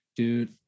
dude